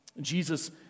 Jesus